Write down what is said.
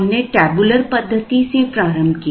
हमने टेबुलर पद्धति से प्रारंभ किया